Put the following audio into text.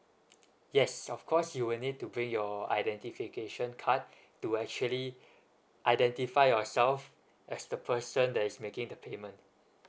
yes of course you will need to bring your identification card to actually identify yourself as the person that is making the payment